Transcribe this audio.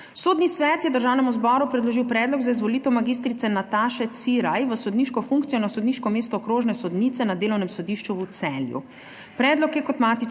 Sodni svet je Državnemu zboru predložil predlog za izvolitev mag. Nataše Ciraj v sodniško funkcijo na sodniško mesto okrožne sodnice na Delovnem sodišču v Celju.